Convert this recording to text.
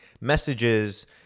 messages